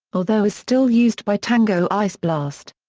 although is still used by tango ice blast.